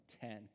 Ten